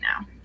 now